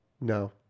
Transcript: No